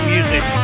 Music